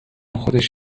خودش